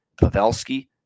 Pavelski